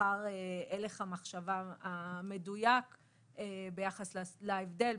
אחר הלך המחשבה המדויק ביחס להבדל,